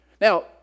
Now